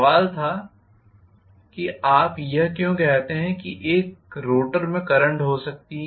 सवाल था आप यह क्यों कहते हैं कि वे रोटर में करंट हो सकती हैं